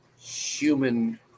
human